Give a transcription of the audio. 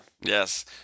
Yes